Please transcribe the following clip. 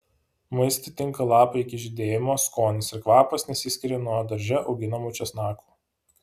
maistui tinka lapai iki žydėjimo skonis ir kvapas nesiskiria nuo darže auginamų česnakų